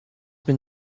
been